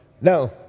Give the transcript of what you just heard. now